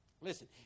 Listen